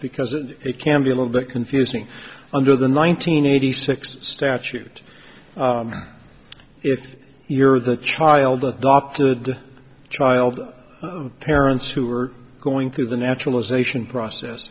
because it can be a little bit confusing under the nineteen eighty six statute if you're the child adopted child of parents who are going through the naturalization process